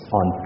on